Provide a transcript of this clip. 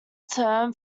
term